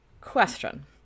question